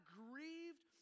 grieved